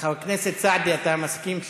חבר הכנסת סעדי, אתה מסכים?